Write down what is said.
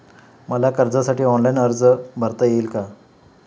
मला कर्जासाठी ऑनलाइन अर्ज भरता येईल का?